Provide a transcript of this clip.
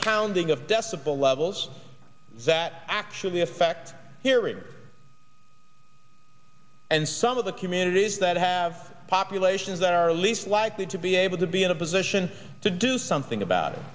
decibel levels that actually affect hearing and some of the communities that have populations that are least likely to be able to be in a position to do something about it